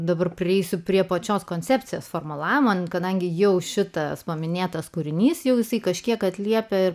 dabar prieisiu prie pačios koncepcijos formulavimo kadangi jau šitas paminėtas kūrinys jau visai kažkiek atliepia ir